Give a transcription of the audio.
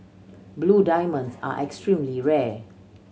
blue diamonds are extremely rare